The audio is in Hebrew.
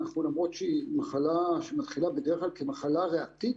זו מחלה שמתחילה בדרך כלל כמחלה ריאתית.